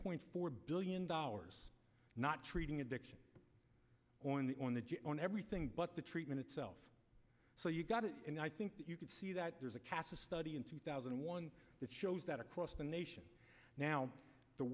point four billion dollars not treating addiction on the one that you're on everything but the treatment itself so you've got it and i think that you can see that there's a catch to study in two thousand and one that shows that across the nation now the